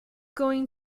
going